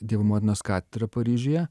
dievo motinos katedra paryžiuje